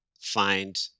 find